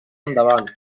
endavant